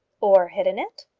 or hidden it?